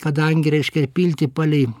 kadangi reiškia ir pilti palei